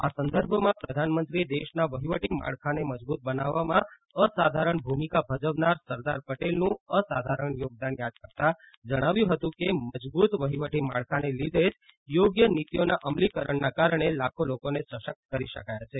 આ સંદર્ભમાં પ્રધાનમંત્રીએ દેશના વહીવટી માળખાને મજબૂત બનાવવામાં અસાધારણ ભૂમિકા ભજવનાર સરદાર પટેલનું અસાધારણ યોગદાન યાદ કરતાં જણાવ્યું હતું કે મજબૂત વહીવટી માળખાને લીધે જ યોગ્ય નીતિઓના અમલીકરણના કારણે લાખો લોકોને સશક્ત કરી શકાયા છે